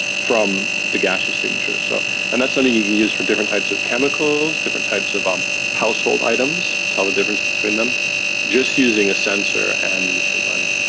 from the gaseous signatures. so and that's something you you use for different types of chemicals, different types of um household items to tell the difference between them just using a sensor and machine learning.